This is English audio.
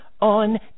On